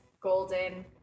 Golden